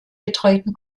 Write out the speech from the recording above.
betreuten